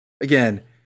again